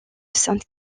sainte